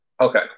Okay